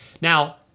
Now